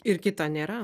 ir kito nėra